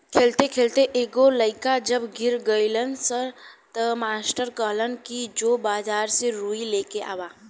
खेलते खेलते एगो लइका जब गिर गइलस त मास्टर कहलन कि जो बाजार से रुई लेके आवा